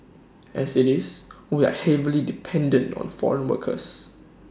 as IT is we are heavily dependent on foreign workers